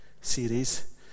series